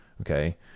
okay